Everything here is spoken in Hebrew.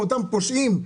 מאותם פושעים,